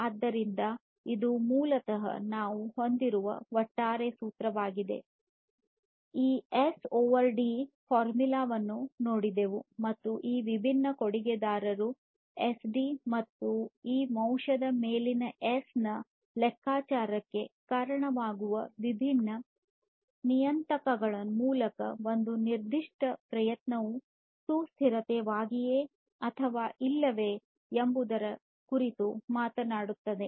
ಆದ್ದರಿಂದ ಇದು ಮೂಲತಃ ನಾವು ಹೊಂದಿರುವ ಒಟ್ಟಾರೆ ಸೂತ್ರವಾಗಿದೆ ಈ ಎಸ್ ಓವರ್ ಎಸ್ಡಿ ಫಾರ್ಮುಲಾವನ್ನು ನೋಡಿದೆವು ಮತ್ತು ಈ ವಿಭಿನ್ನ ಕೊಡುಗೆದಾರರು ಎಸ್ಡಿ ಮತ್ತು ಈ ಅಂಶದ ಮೇಲೆ ಎಸ್ನ ಈ ಲೆಕ್ಕಾಚಾರಕ್ಕೆ ಕಾರಣವಾಗುವ ವಿಭಿನ್ನ ನಿಯತಾಂಕಗಳು ಮೂಲತಃ ಒಂದು ನಿರ್ದಿಷ್ಟ ಪ್ರಯತ್ನವು ಸುಸ್ಥಿರವಾಗಿದೆಯೇ ಅಥವಾ ಇಲ್ಲವೇ ಎಂಬುದರ ಕುರಿತು ಮಾತನಾಡುತ್ತದೆ